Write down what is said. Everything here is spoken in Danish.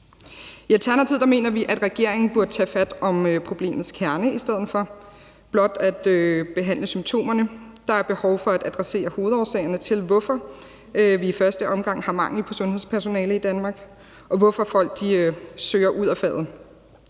I Alternativet mener vi, at regeringen burde tage fat om problemets kerne i stedet for blot at behandle symptomerne. Der er behov for at adressere hovedårsagerne til, hvorfor vi i første omgang har mangel på sundhedspersonale i Danmark, og hvorfor folk søger ud af faget.